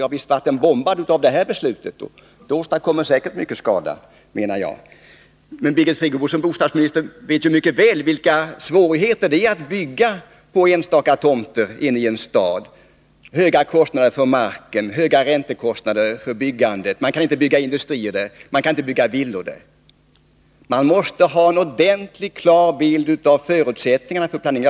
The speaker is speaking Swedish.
Ja, visst är den bombad av det här beslutet — det åstadkommer säkert mycket skada, menar jag. Birgit Friggebo som bostadsminister vet mycket väl vilka svårigheter det är att bygga på enstaka tomter i en stad med höga kostnader för marken, höga räntekostnader för byggandet; man kan inte bygga industrier där, man kan inte bygga villor där. Man måste ha en ordentligt klar bild av förutsättningarna för planeringen.